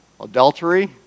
adultery